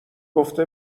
گفته